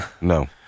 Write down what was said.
No